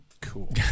Cool